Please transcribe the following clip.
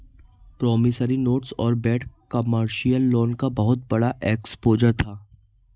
promissory notes और bad commercial loan का बहुत बड़ा एक्सपोजर था